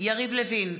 יריב לוין,